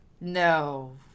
No